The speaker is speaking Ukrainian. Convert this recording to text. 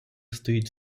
стоїть